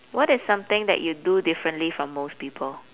what is something that you do differently from most people